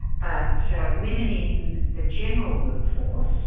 but so women in the general workforce